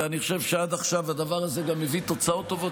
ואני חושב שעד עכשיו הדבר הזה גם הביא תוצאות טובות,